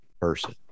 person